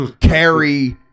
carry